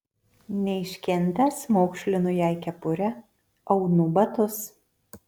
neiškentęs maukšlinu jai kepurę aunu batus